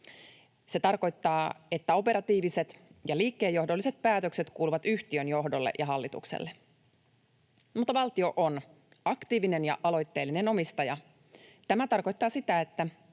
Se tarkoittaa, että operatiiviset ja liikkeenjohdolliset päätökset kuuluvat yhtiön johdolle ja hallitukselle. Mutta valtio on aktiivinen ja aloitteellinen omistaja. Tämä tarkoittaa sitä, että